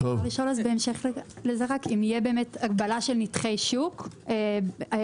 אז רק בהמשך לזה האם תהיה הגבלה של נתחי שוק ענפיים?